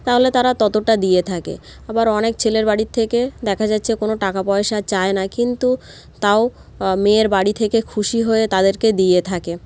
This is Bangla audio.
তাহলে তারা ততটা দিয়ে থাকে আবার অনেক ছেলের বাড়ির থেকে দেখা যাচ্ছে কোনও টাকা পয়সা চায় না কিন্তু তাও মেয়ের বাড়ি থেকে খুশি হয়ে তাদেরকে দিয়ে থাকে